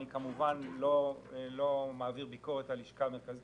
אני לא מעביר ביקורת על הלשכה המרכזית